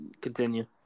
continue